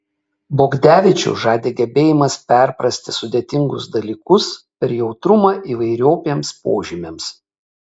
bogdevičių žavi gebėjimas perprasti sudėtingus dalykus per jautrumą įvairiopiems požymiams